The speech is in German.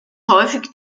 häufig